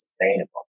sustainable